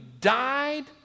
died